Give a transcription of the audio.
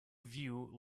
view